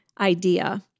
idea